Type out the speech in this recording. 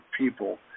people